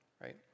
Right